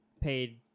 paid